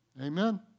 Amen